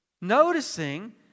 noticing